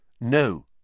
No